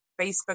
Facebook